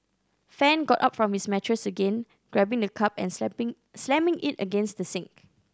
fan got up from his mattress again grabbing the cup and slamming it against the sink